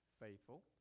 faithful